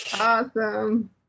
Awesome